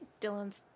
Dylan's